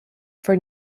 for